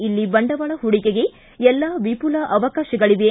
ಇಲ್ಲಿ ಬಂಡವಾಳ ಪೂಡಿಕೆಗೆ ಎಲ್ಲಾ ವಿಮಲ ಅವಕಾಶಗಳಿವೆ